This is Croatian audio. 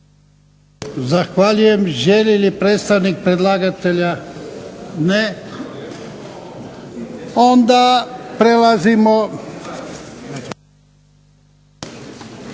Zahvaljujem. Želi li predstavnik predlagatelja? Ne. Onda prelazimo